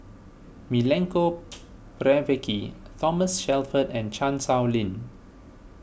Milenko Prvacki Thomas Shelford and Chan Sow Lin